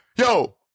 Yo